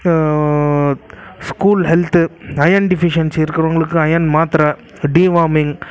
school health iron deficiency இருக்கிறவங்களுக்கு iron மாத்திரை deworming